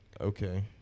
okay